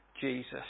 Jesus